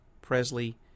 Presley